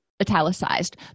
italicized